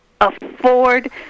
afford